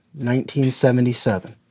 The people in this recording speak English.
1977